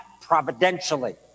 providentially